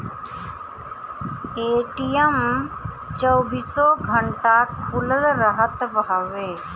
ATM चौबीसो घंटा खुलल रहत हवे